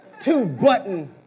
two-button